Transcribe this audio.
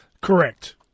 Correct